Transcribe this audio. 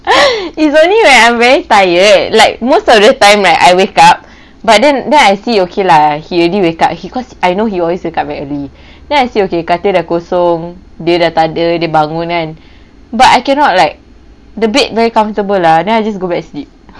it is only when I'm very tired like most of the time right I wake up but then then I see okay lah he already wake up he cause I know he always wake up very early then I say okay katil dah kosong dia dah tak ada dia bangun kan but I cannot like the bed very comfortable lah then I just go back to sleep